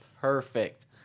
perfect